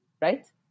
right